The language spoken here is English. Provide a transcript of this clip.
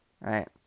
right